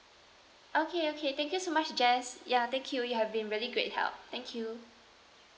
okay okay thank you so much jess ya thank you you have been really great help thank you